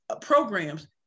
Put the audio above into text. programs